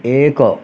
ଏକ